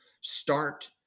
start